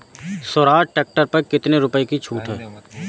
Swaraj tractor पर कितनी रुपये की छूट है?